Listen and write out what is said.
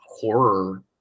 horror